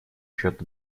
счет